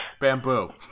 bamboo